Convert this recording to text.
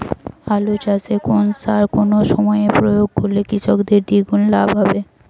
আলু চাষে কোন সার কোন সময়ে প্রয়োগ করলে কৃষকের দ্বিগুণ লাভ হবে?